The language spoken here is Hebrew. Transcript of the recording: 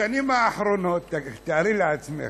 בשנים האחרונות, תארי לעצמך,